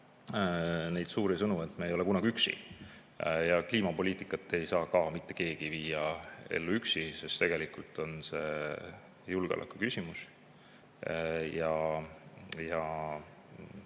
neid suuri sõnu, et me ei ole kunagi üksi. Ka kliimapoliitikat ei saa mitte keegi ellu viia üksi, sest tegelikult on see julgeolekuküsimus.